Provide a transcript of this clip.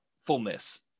fullness